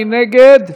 מי נגד?